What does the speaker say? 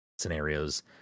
scenarios